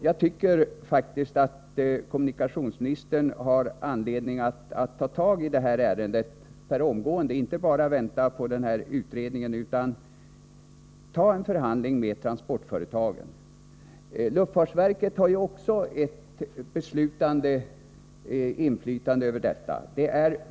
Jag tycker faktiskt att kommunikationsministern har anledning att inte bara vänta på den regionalpolitiska utredningen utan att omgående ta tag i det här ärendet och ta en förhandling med transportföretagen. Luftfartsverket har ju också ett beslutande inflytande över detta.